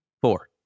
Four